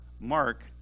mark